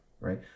right